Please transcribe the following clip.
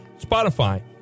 Spotify